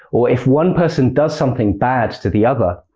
or if one person does something bad to the other,